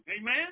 Amen